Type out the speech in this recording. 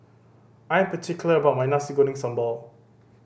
I am particular about my Nasi Goreng Sambal